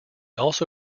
also